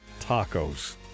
tacos